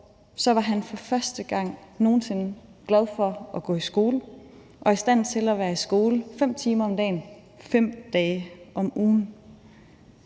år var han for første gang nogen sinde glad for at gå i skole og i stand til at være i skole 5 timer om dagen 5 dage om ugen.